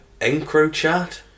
EncroChat